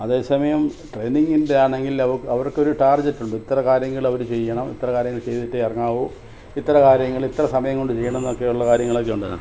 അതേ സമയം ട്രെയിനിംഗിൻ്റെ ആണെങ്കിൽ അവ അവർക്ക് ഒരു ടാർജറ്റ് ഉണ്ട് ഇത്ര കാര്യങ്ങൾ അവർ ചെയ്യണം ഇത്ര കാര്യങ്ങൾ ചെയ്തിട്ടേ ഇറങ്ങാവൂ ഇത്ര കാര്യങ്ങൾ ഇത്ര സമയം കൊണ്ട് ചെയ്യണം എന്നൊക്കെയുള്ള കാര്യങ്ങളൊക്കെ ഉണ്ട് അതിനാത്ത്